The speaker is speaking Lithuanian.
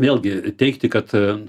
vėlgi teigti kad